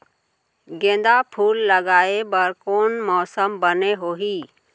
गेंदा फूल लगाए बर कोन मौसम बने होही?